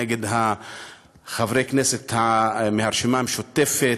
נגד חברי הכנסת מהרשימה המשותפת,